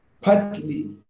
partly